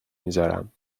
میزارم